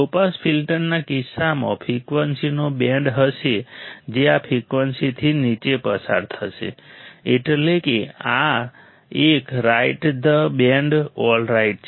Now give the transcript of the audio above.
લો pass ફિલ્ટરના કિસ્સામાં ફ્રિકવન્સીનો બેન્ડ હશે જે આ ફ્રીક્વન્સીથી નીચે પસાર થશે એટલે કે આ એક રાઈટ ધ બેન્ડ ઓલરાઈટ છે